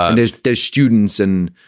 ah there's desh students and,